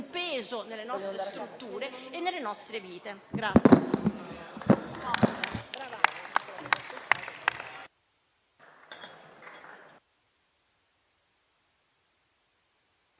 peso nelle nostre strutture e nelle nostre vite.